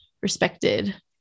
respected